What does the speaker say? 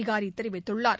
அதிகாரி தெரிவித்துள்ளார்